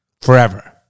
Forever